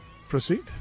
Proceed